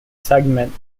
segment